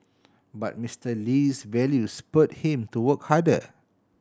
but Mister Lee's values spurred him to work harder